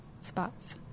spots